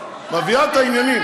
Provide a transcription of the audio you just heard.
הכול נהדר,